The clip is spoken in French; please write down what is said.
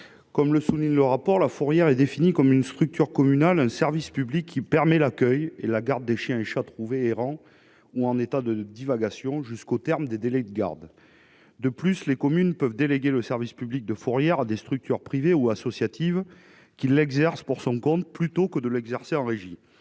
Comme le souligne le rapport, la fourrière est définie comme une structure communale, un service public, qui permet l'accueil et la garde des chiens et chats trouvés errants ou en état de divagation, jusqu'au terme des délais de garde. De plus, les communes peuvent déléguer le service public de fourrière à des structures privées ou associatives, plutôt que l'exercer en régie.